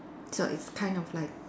so it's kind of like